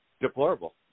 deplorable